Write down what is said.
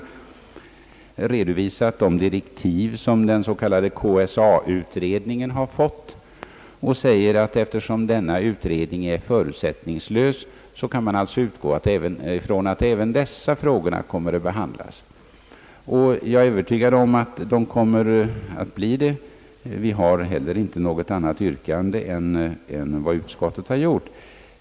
Vidare redovisas de direktiv som den s.k. KSA-utredningen har fått, och utskottet säger att eftersom denna utredning är förutsättningslös kan man utgå ifrån att även dessa frågor kommer att behandlas. Jag är övertygad om att de kommer att bli behandlade, och vi har heller inget annat yrkande än vad utskottet har föreslagit.